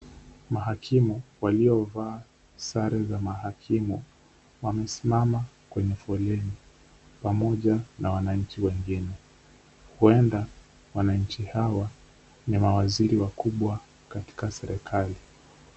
Mahakimu waliovaa sare za mahakimu wamesimama kwenye foleni pamoja na wananchi wengine. Huenda wananchi hawa ni mawaziri wakubwa katika serikali.